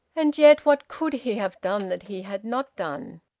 and yet what could he have done that he had not done?